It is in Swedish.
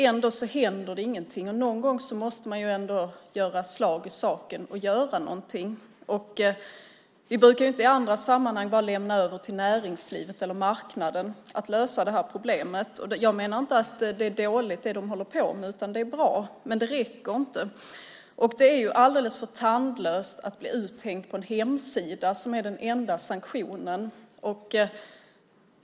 Ändå händer det ingenting. Någon gång måste man ändå göra slag i saken och göra någonting. Vi brukar inte i andra sammanhang lämna över till näringslivet eller marknaden att lösa det här problemet. Jag menar inte att det de håller på med är dåligt, men det räcker inte. Det är alldeles för tandlöst att bli uthängd på en hemsida som är den enda sanktionen.